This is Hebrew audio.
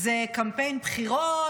זה קמפיין בחירות?